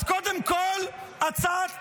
אז קודם כול, ההצעה צבועה.